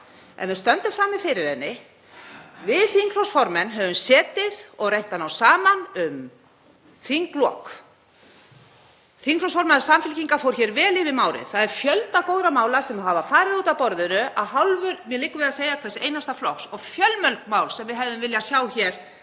en við stöndum frammi fyrir henni. Við þingflokksformenn höfum setið og reynt að ná saman um þinglok. Þingflokksformaður Samfylkingar fór hér vel yfir málið. Það er fjöldi góðra mála sem hefur farið út af borðinu af hálfu, liggur mér við að segj, hvers einasta flokks og fjölmörg mál sem við hefðum viljað sjá fá